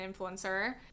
influencer